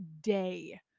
day